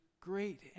great